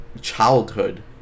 childhood